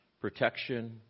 protection